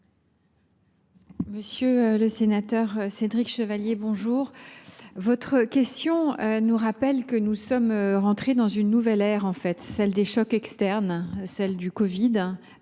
Monsieur le sénateur Cédric Chevalier, votre question nous rappelle que nous sommes entrés dans une nouvelle ère, celle des chocs externes : crises